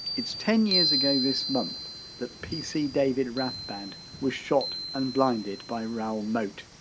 it's ten years ago this month that pc david rathband was shot and blinded by raoul moat.